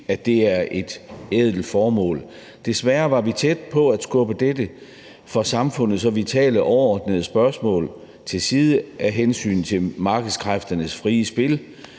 orden i Danmark. Desværre var vi tæt på at skubbe dette for samfundet så vitale overordnede spørgsmål til side af hensyn til markedskræfternes frie spil.